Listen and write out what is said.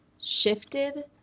shifted